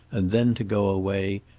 and then to go away,